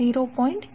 1 H છે